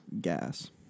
gas